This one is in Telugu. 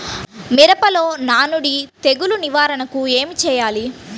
మిరపలో నానుడి తెగులు నివారణకు ఏమి చేయాలి?